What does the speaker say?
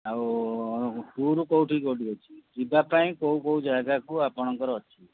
ଆଉ ଟୁର୍ କେଉଁଠିକି କେଉଁଠିକି ଅଛି ଯିବା ପାଇଁ କେଉଁ କେଉଁ ଜାଗାକୁ ଆପଣଙ୍କର ଅଛି